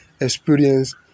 experience